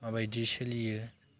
माबायदि सोलियो